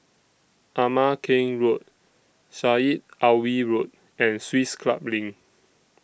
Ama Keng Road Syed Alwi Road and Swiss Club LINK